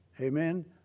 Amen